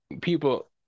people